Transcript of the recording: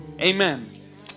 Amen